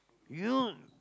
you